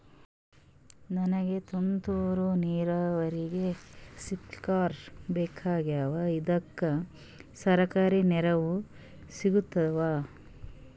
ನನಗ ತುಂತೂರು ನೀರಾವರಿಗೆ ಸ್ಪಿಂಕ್ಲರ ಬೇಕಾಗ್ಯಾವ ಇದುಕ ಸರ್ಕಾರಿ ನೆರವು ಸಿಗತ್ತಾವ?